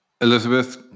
Elizabeth